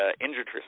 injured